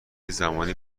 زمانی